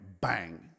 bang